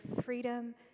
freedom